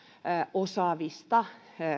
osaavista